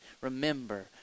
remember